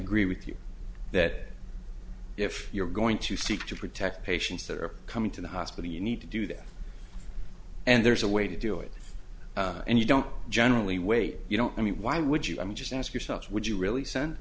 agree with you that if you're going to seek to protect patients that are coming to the hospital you need to do that and there's a way to do it and you don't generally wait you don't i mean why would you i mean just ask yourselves would you really s